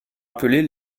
appelés